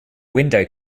window